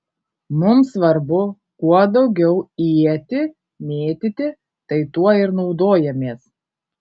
mums svarbu kuo daugiau ietį mėtyti tai tuo ir naudojamės